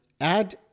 Add